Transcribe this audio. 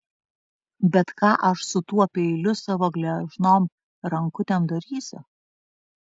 bet ką aš su tuo peiliu savo gležnom rankutėm darysiu